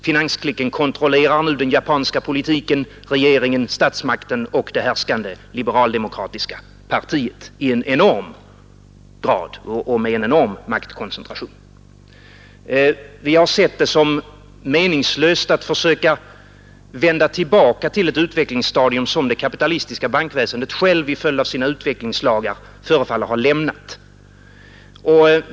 Finansklicken kontrollerar nu den japanska politiken, regeringen, statsmakten och det härskande liberal-demokratiska partiet i en enorm grad och med en enorm maktkoncentration. Vi har sett det som meningslöst att försöka vända tillbaka till ett utvecklingsstadium som det kapitalistiska bankväsendet självt i följd av sina utvecklingslagar förefaller ha lämnat.